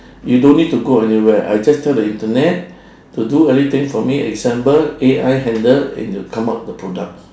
you don't need to go anywhere I just tell the internet to do everything for me example A_I handle and it will come up the products